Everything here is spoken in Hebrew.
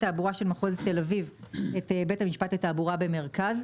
תעבורה של מחוז תל אביב את בית המשפט לתעבורה במרכז,